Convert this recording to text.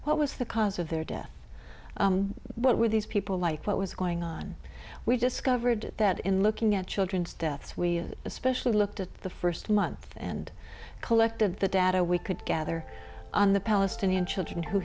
what was the cause of their death what were these people like what was going on we discovered that in looking at children's deaths we especially looked at the first month and collected the data we could gather on the palestinian children who